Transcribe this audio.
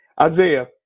Isaiah